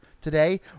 today